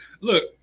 look